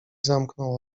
zamknął